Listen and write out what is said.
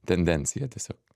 tendencija tiesiog